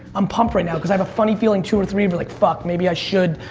i'm pumped right now cause i have a funny feeling two or three were like, fuck, maybe i should.